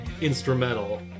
instrumental